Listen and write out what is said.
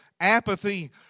apathy